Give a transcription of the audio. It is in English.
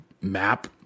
map